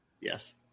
Yes